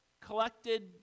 collected